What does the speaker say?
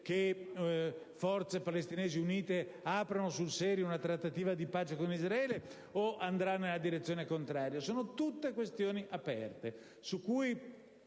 a forze palestinesi unite di aprire sul serio una trattativa di pace con Israele, o andrà nella direzione contraria? Sono tutte questioni aperte, su cui